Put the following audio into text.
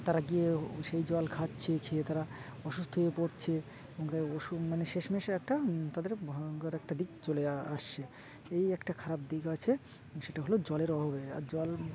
তারা গিয়ে সেই জল খাচ্ছে খেয়ে তারা অসুস্থ হয়ে পড়ছে ও মানে শেষমেশে একটা তাদের ভয়ঙ্কর একটা দিক চলে আসছে এই একটা খারাপ দিক আছে সেটা হলো জলের অভাবে আর জল